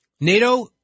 NATO